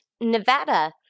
Nevada